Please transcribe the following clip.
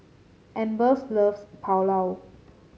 Ambers loves Pulao